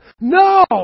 No